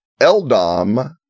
Eldom